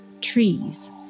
trees